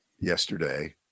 yesterday